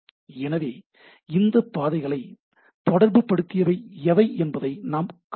எனவே இந்தப் பாதைகளை தொடர்பு படுத்தியவை எவை என்பதை நாம் காண்போம்